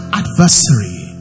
adversary